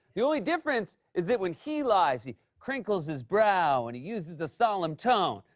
the only difference is that when he lies, he crinkles his brow and he uses a solemn tone.